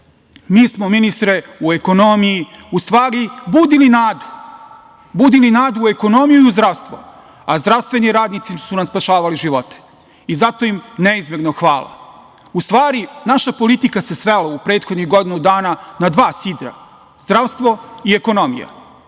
Mi smo, ministre, u ekonomiji, u stvari budili nadu, budili nadu u ekonomiju i zdravstvo, a zdravstveni radnici su nam spašavali živote i zato im neizmerno hvala.U stvari, naša politika se svela u prethodnih godinu dana na dva sidra – zdravstvo i ekonomija.